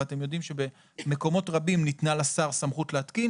ואתם יודעים שבמקומות רבים ניתנה לשר סמכות להתקין.